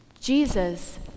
Jesus